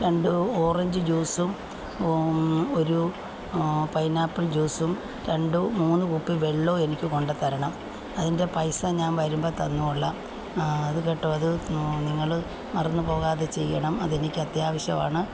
രണ്ട് ഓറഞ്ച് ജ്യൂസും ഒരു പൈനാപ്പിൾ ജ്യൂസും രണ്ടുമൂന്ന് കുപ്പി വെള്ളവും എനിക്ക് കൊണ്ടുത്തരണം അതിൻ്റെ പൈസ ഞാൻ വരുമ്പം തന്നു കൊള്ളാം അത് കേട്ടോ അത് നിങ്ങൾ മറന്നു പോകാതെ ചെയ്യണം അതെനിക്ക് അത്യാവശ്യമാണ്